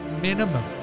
minimum